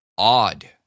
Odd